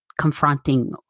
confronting